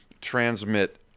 transmit